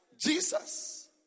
Jesus